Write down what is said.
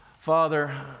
Father